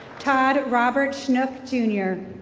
todd robert snook, jr.